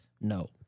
No